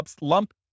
lump